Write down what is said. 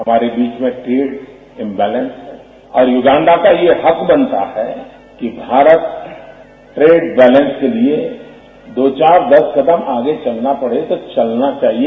हमारे बीच में ट्रेड इम्बैलेंस है और युगांडा का यह हक बनता है कि भारत ट्रेड बैलेंस के लिए दो चार दस कदम आगे चलना पड़े तो चलना चाहिए